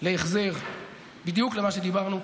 להחזר בדיוק על מה שדיברנו.